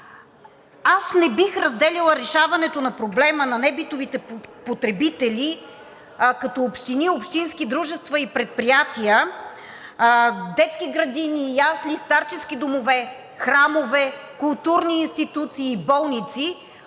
Аз не бих разделяла решаването на проблема на небитовите потребители, като общини и общински дружества и предприятия, детски градини, ясли, старчески домове, храмове, културни институции и болници,